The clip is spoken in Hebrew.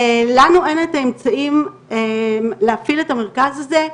ולנו אין את האמצעות להקים את המרכז הזה.